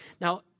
Now